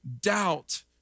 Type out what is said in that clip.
doubt